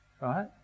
right